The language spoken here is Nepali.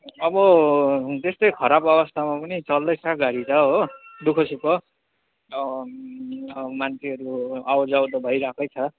अब त्यस्तै खराब अवस्थामा पनि चल्दैछ गाडी त हो दु ख सुख मान्छेहरू आऊ जाऊ त भइरहेकै छ